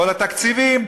כל התקציבים.